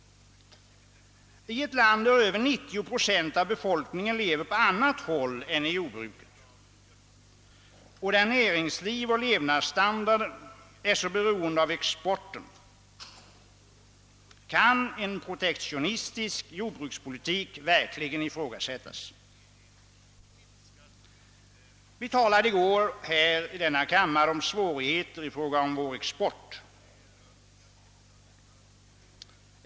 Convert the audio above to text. I ett land, där över 90 procent av befolkningen lever på annat håll än i jordbruket och där näringsliv och levnadsstandard är så beroende av exporten, kan en protektionistisk jordbrukspolitik verkligen ifrågasättas. Vi talade i går här i kammaren om svårigheter för vår export.